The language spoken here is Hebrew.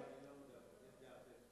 אני לא מודאג מהקטע הזה,